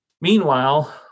Meanwhile